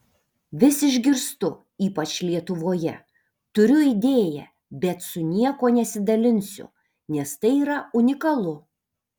vis išgirstu ypač lietuvoje turiu idėją bet su niekuo nesidalinsiu nes tai yra unikalu